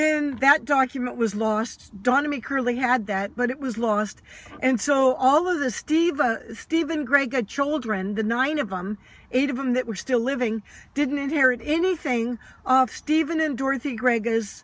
then that document was lost donna me clearly had that but it was lost and so all of the steven steven gray good children the nine of them eight of them that were still living didn't inherit anything stephen